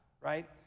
right